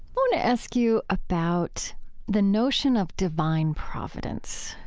but and ask you about the notion of divine providence,